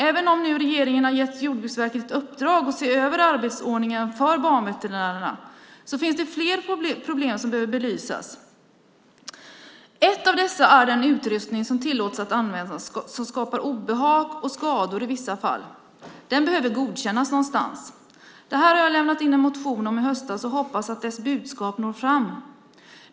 Även om regeringen har gett Jordbruksverket i uppdrag att se över arbetsordningen för banveterinärerna finns det flera problem som behöver belysas. Ett av dessa är den utrustning som tillåts användas och som skapar obehag och skador i vissa fall. Den behöver godkännas någonstans. Det här lämnade jag in en motion om i höstas, och jag hoppas att dess budskap når fram.